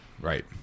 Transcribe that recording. right